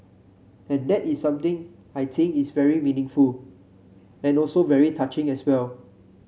and that is something I think is very meaningful and also very touching as well